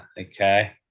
okay